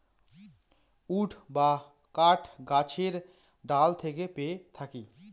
would বা কাঠ গাছের ডাল থেকে পেয়ে থাকি